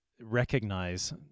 recognize